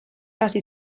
hasi